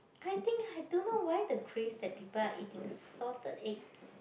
I think I don't know why the craze that people are eating salted egg